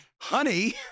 honey